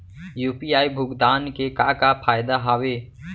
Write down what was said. UPI भुगतान के का का फायदा हावे?